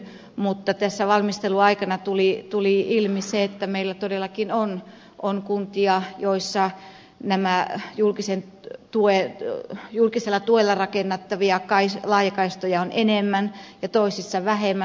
mutta tässä valmistelun aikana tuli ilmi että meillä todellakin on kuntia joissa näitä julkisella tuella rakennettavia laajakaistoja on enemmän ja toisissa on vähemmän